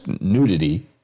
nudity